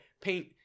paint